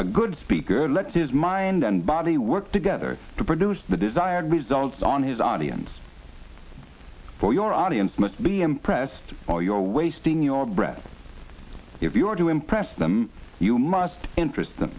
a good speaker lets his mind and body work together to produce the desired results on his audience for your audience must be impressed or your wasting your breath if you are to impress them you must interest